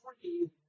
free